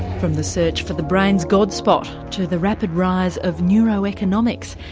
from the search for the brain's god spot to the rapid rise of neuroeconomics,